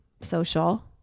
social